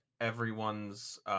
everyone's